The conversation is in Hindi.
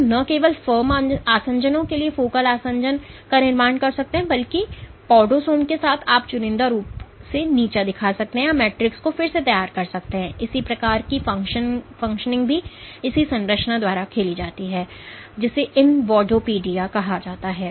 तो न केवल फार्म आसंजनों के लिए फोकल आसंजन आसंजनों का निर्माण कर सकते हैं बल्कि पॉडोसोम के साथ आप चुनिंदा रूप से नीचा दिखा सकते हैं या मैट्रिक्स को फिर से तैयार कर सकते हैं इसी प्रकार की फ़ंक्शन भी इस संरचना द्वारा खेली जाती है जिसे इनवॉडोपोडिया कहा जाता है